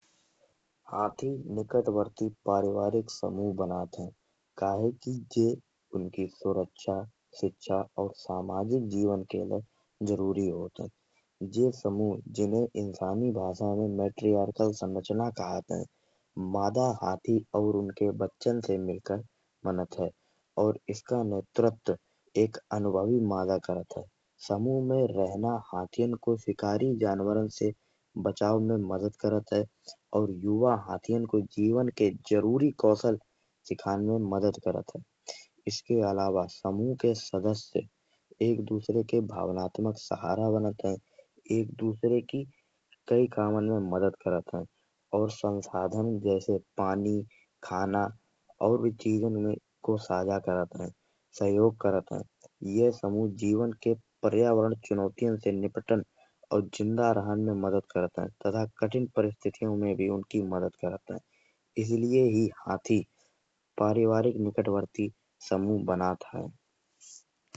हाथी निआत्वर्गीय परिवारिक समूह बनत है। काहे कि जे उनकी सुरक्षा शिक्षा और सामाजिक जीवन के लय जरूरी होत है। जे समूह जिन्हे इंशानी भाषा में मैट्रीऑर्कल संरचना कहत है। मादा हाथी अउर उनके बच्चन से मिलकर बनत है अउर इसका नेतृत्व एक अनुभवी मादा करत है। समूह में रहना हाथियन को शिकारी जंवरन से बचाव में मदद करत है। अउर युवा हाथियन के जीवन के जरूरी कौशल सिखाने में मदद करत है। इसके अलावा समूह के सदस्य दूसरे के भावनात्मक सहारा बनत है। एक दूसरे की कई क़मन में मदद करत है। और संसाधन जैसे पानी खाना और भी चीजन को साझा करत है सहयोग करत है। यह समूह जीवन के पर्यावरण चुनौती से निपटन और जिंदा रहन में मदद करद है तथा कठिन परिस्थितियों में भी उनकी मदद करत है। इसलिए ही हाथी परिवारिक निकटवर्तिया समूह बनत है।